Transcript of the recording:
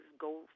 go